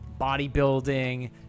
bodybuilding